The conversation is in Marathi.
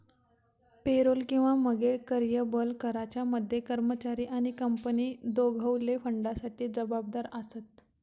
पेरोल किंवा मगे कर्यबल कराच्या मध्ये कर्मचारी आणि कंपनी दोघवले फंडासाठी जबाबदार आसत